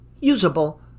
usable